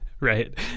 Right